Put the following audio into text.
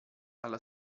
alla